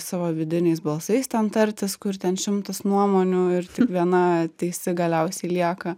savo vidiniais balsais ten tartis kur ten šimtas nuomonių ir tik viena teisi galiausiai lieka